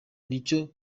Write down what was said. n’icyo